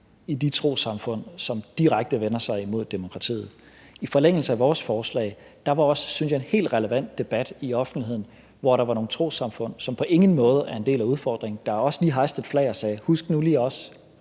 i de trossamfund, som direkte vender sig imod demokratiet? I forlængelse af vores forslag var der – synes jeg – også en helt relevant debat i offentligheden, hvor der var nogle trossamfund, som på ingen måde er en del af udfordringen, som også lige hejste et flag og sagde: Husk nu lige også,